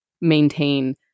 maintain